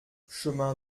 chemin